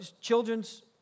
children's